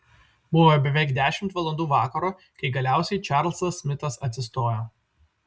buvo beveik dešimt valandų vakaro kai galiausiai čarlzas smitas atsistojo